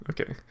okay